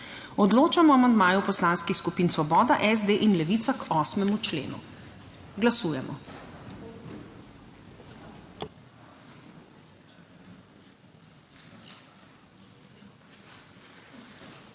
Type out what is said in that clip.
Odločamo o amandmaju Poslanskih skupin Svoboda, SD in Levica k 8. členu. Glasujemo.